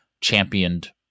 championed